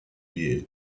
view